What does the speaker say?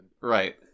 Right